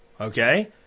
okay